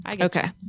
okay